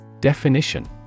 Definition